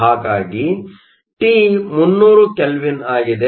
ಹಾಗಾಗಿ T 300 kelvin ಆಗಿದೆ